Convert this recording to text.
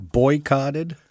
boycotted